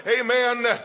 amen